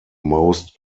most